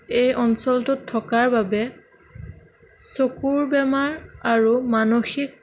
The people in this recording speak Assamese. এই অঞ্চলটোত থকাৰ বাবে চকুৰ বেমাৰ আৰু মানসিক